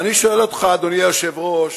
אדוני היושב-ראש,